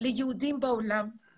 היהודים בעולם כי